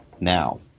now